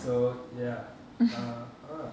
so ya uh uh